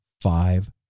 five